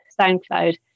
SoundCloud